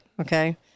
okay